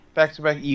Back-to-back